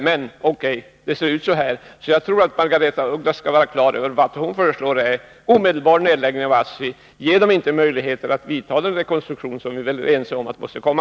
Margaretha af Ugglas skall vara klar över att hon föreslår en omedelbar nedläggning av ASSI — att man inte skall ge några möjligheter till den rekonstruktion som vi väl är ense om måste komma.